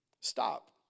stop